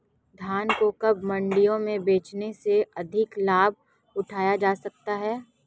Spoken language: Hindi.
धान को कब मंडियों में बेचने से अधिक लाभ उठाया जा सकता है?